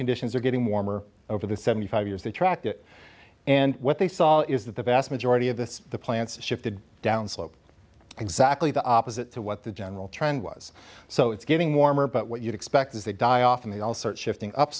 conditions are getting warmer over the seventy five years they tracked it and what they saw is that the vast majority of this the plants shifted down slope exactly the opposite to what the general trend was so it's getting warmer but what you'd expect is they die off and they all sear